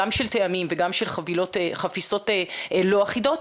גם של טעמים וגם של חפיסות לא אחידות,